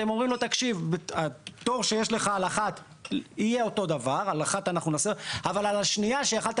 אתם אומרים לו: הפטור שיש לך על אחת אבל על השנייה שיכולת